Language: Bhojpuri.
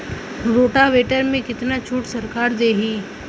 रोटावेटर में कितना छूट सरकार देही?